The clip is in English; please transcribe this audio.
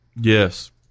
Yes